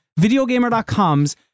VideoGamer.com's